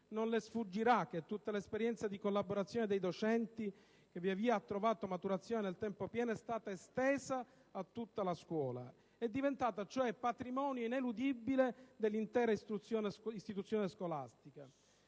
Non le sfuggirà che tutta l'esperienza di collaborazione dei docenti, che via via ha trovato maturazione nel tempo pieno, è stata estesa a tutta la scuola, diventando patrimonio ineludibile dell'intera istituzione scolastica.